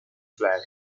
flag